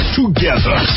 together